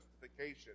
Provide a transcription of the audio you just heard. justification